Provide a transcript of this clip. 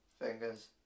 fingers